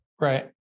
Right